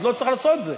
אז לא צריך לעשות את זה.